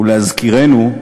להזכירנו,